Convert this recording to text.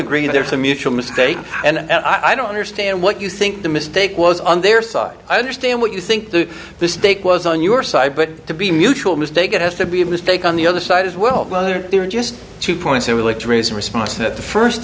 agree there's a mutual mistake and i don't understand what you think the mistake was on their side i understand what you think that the stake was on your side but to be mutual mistake it has to be a mistake on the other side as well whether there are just two points i would like to raise a response to that the first